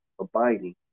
abiding